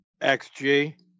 XG